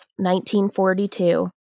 1942